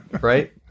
right